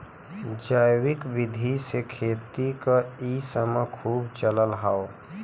जैविक विधि से खेती क इ समय खूब चलत हौ